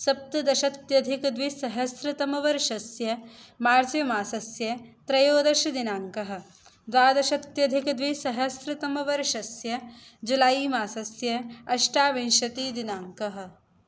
सप्तदशाधिकद्विसहस्रतमवर्षस्य मार्च् मासस्य त्रयोदशदिनाङ्कः द्वादशाधिकद्विसहस्रतमवर्षस्य जुलै मासस्य अष्टाविंशतिः दिनाङ्कः